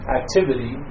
activity